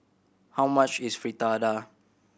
how much is Fritada